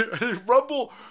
Rumble